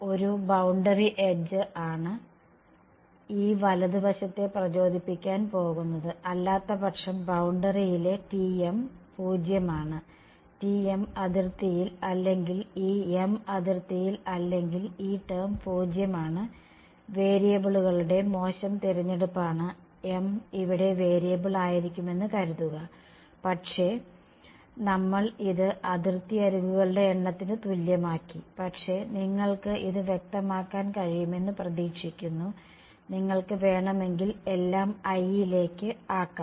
ഒരു boundary edge ആണ് ഈ വലത് വശത്തെ പ്രചോദിപ്പിക്കാൻ പോകുന്നത് അല്ലാത്തപക്ഷം ബൌണ്ടറിയിലെ Tm 0 ആണ് Tm അതിർത്തിയിൽ അല്ലെങ്കിൽ ഈ m അതിർത്തിയിൽ അല്ലെങ്കിൽ ഈ ടേo 0 ആണ് വേരിയബിളുകളുടെ മോശം തിരഞ്ഞെടുപ്പാണ് m ഇവിടെ വേരിയബിൾ ആയിരിക്കുമെന്ന് കരുതുക പക്ഷേ നമ്മൾ ഇത് അതിർത്തി അരികുകളുടെ എണ്ണത്തിന് തുല്യമാക്കി പക്ഷേ നിങ്ങൾക്ക് ഇത് വ്യക്തമാക്കാൻ കഴിയുമെന്ന് പ്രതീക്ഷിക്കുന്നു നിങ്ങൾക്ക് വേണമെങ്കിൽ എല്ലാം i യിലേക്ക് ആക്കാം